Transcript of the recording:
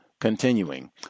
continuing